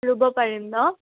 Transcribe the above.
ৰুব পাৰিম ন